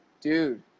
dude